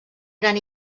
gran